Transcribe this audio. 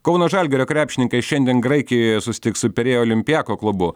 kauno žalgirio krepšininkai šiandien graikijoje susitiks su pirėjo olimpiako klubu